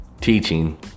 teaching